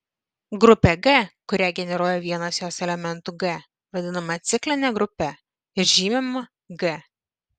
grupė g kurią generuoja vienas jos elementų g vadinama cikline grupe ir žymima g